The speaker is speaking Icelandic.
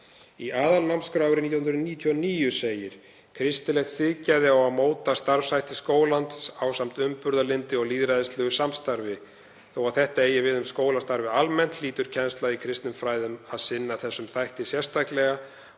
Í aðalnámskrá árið 1999 segir: „Kristilegt siðgæði á að móta starfshætti skólans ásamt umburðarlyndi og lýðræðislegu samstarfi. Þó að þetta eigi við um skólastarfið almennt hlýtur kennsla í kristnum fræðum að sinna þessum þætti sérstaklega